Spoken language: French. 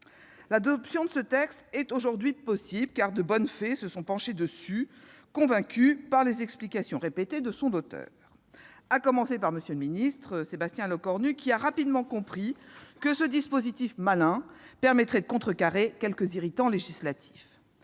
L'adoption de ce texte est aujourd'hui possible, car de bonnes fées se sont penchées sur son berceau, convaincues par les explications répétées de son auteur. À commencer par M. le ministre Sébastien Lecornu, qui a rapidement compris que ce dispositif « malin » permettait de contrecarrer quelques « irritants » législatifs.